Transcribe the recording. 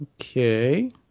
okay